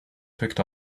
picked